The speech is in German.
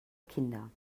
kinder